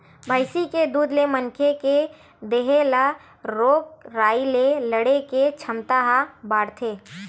भइसी के दूद ले मनखे के देहे ल रोग राई ले लड़े के छमता ह बाड़थे